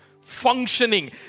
functioning